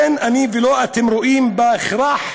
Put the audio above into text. אין אני ואין אתם רואים בה הכרח,